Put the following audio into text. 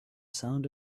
sound